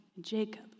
Jacob